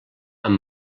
amb